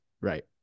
right